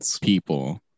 people